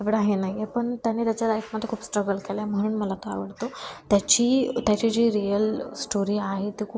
एवढं हे नाही आहे पण त्यांनी त्याच्या लाईफमध्ये खूप स्ट्रगल केलं आहे म्हणून मला तो आवडतो त्याची त्याची जी रिअल स्टोरी आहे ती खूप